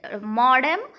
Modem